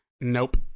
Nope